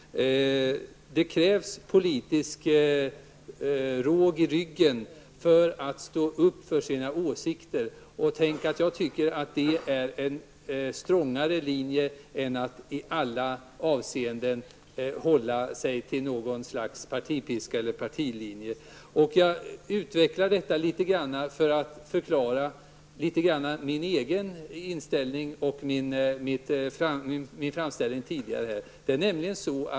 Det krävs politisk råg i ryggen för att stå upp för sina åsikter. Jag tycker att det är en strongare linje än att i alla avseenden hålla sig till något slags partipiska eller partilinje. Jag utvecklar detta litet grand för att förklara min egen inställning och min tidigare framställning.